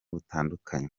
butandukanye